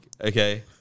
Okay